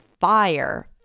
fire